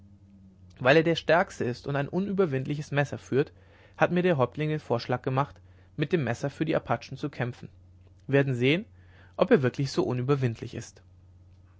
weil er der stärkste ist und ein unüberwindliches messer führt hat mir der häuptling den vorschlag gemacht mit dem messer für die apachen zu kämpfen werden sehen ob er wirklich so unüberwindlich ist